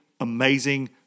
amazing